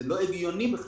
זה לא הגיוני בכלל.